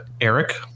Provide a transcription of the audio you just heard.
Eric